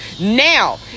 now